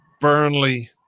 Burnley